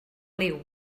liw